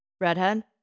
Redhead